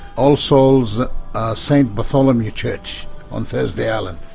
all souls saint bartholomew church on thursday island.